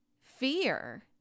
fear